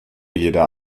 jeder